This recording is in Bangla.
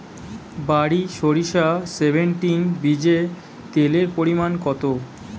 বারি সরিষা সেভেনটিন বীজে তেলের পরিমাণ কত?